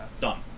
Done